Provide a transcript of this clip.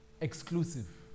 exclusive